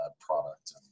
product